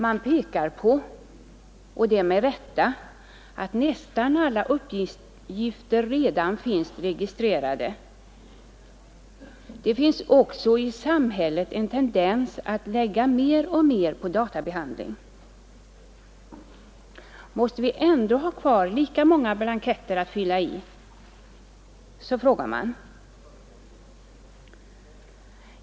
Man pekar på — och med rätta — att nästan alla uppgifter redan finns registrerade. Det finns också i samhället en tendens att lägga mer och mer på databehandling. Måste vi ändå ha kvar lika många blanketter att fylla i?